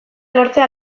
lortzea